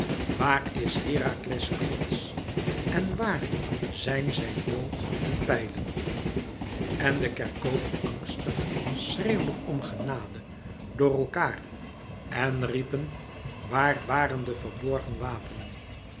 waar is herakles knots en waar zijn zijn boog en pijlen en de kerkopen angstig schreeuwden om genade door elkaâr en riepen waar waren de verborgene wapenen